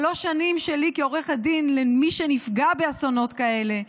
אחרי שלוש שנים שלי כעורכת דין למי שנפגע באסונות כאלה,